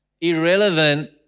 Irrelevant